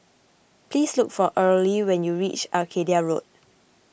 please look for Earlie when you reach Arcadia Road